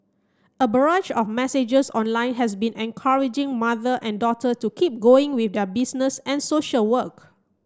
a barrage of messages online has been encouraging mother and daughter to keep going with their business and social work